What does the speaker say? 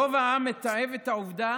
רוב העם מתעב את העובדה